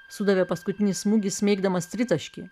sudavė paskutinį smūgį smeigdamas tritaškį